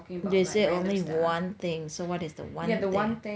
they said only one thing so what is the one thing